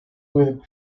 with